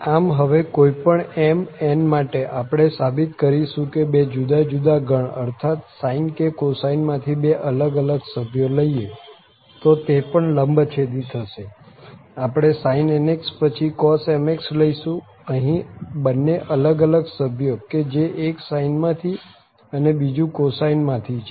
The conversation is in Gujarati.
આમ હવે કોઈ પણ m n માટે આપણે સાબિત કરીશું કે બે જુદા જુદા ગણ અર્થાત્ sine કે cosine માંથી બે અલગ અલગ સભ્યો લઈએ તો તે પણ લંબછેદી થશે આપણે sin nx અને પછી cos mx લઈશું અહી બન્ને અલગ અલગ સભ્યો કે જે એક sine માંથી અને બીજુ cosine માંથી છે